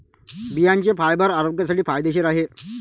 बियांचे फायबर आरोग्यासाठी फायदेशीर आहे